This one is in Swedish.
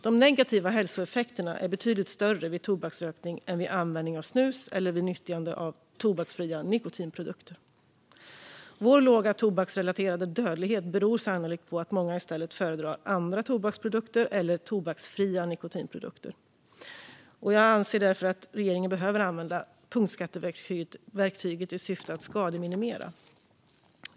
De negativa hälsoeffekterna är betydligt större vid tobaksrökning än vid användning av snus eller vid nyttjande av tobaksfria nikotinprodukter. Vår låga tobaksrelaterade dödlighet beror sannolikt på att många i stället föredrar andra tobaksprodukter eller tobaksfria nikotinprodukter. Jag anser därför att regeringen behöver använda punktskatteverktyget i syfte att skademinimera.